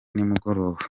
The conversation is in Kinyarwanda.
nimugoroba